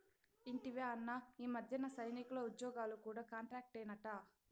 ఇంటివా అన్నా, ఈ మధ్యన సైనికుల ఉజ్జోగాలు కూడా కాంట్రాక్టేనట